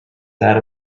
that